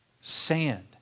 sand